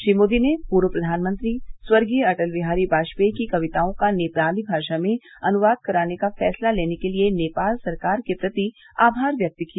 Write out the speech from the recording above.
श्री मोदी ने पूर्व प्रधानमंत्री स्वर्गीय अटल बिहारी वाजपेयी की कविताओं का नेपाली भाषा में अनुवाद कराने का फैसला लेने के लिए नेपाल सरकार के प्रति आमार व्यक्त किया